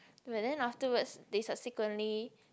but then afterwards they subsequently